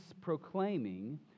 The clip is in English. proclaiming